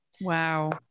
Wow